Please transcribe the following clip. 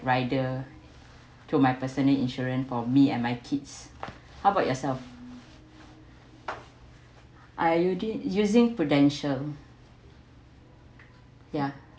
rider to my personal insurance for me and my kids how about yourself are you did using Prudential ya